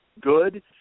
good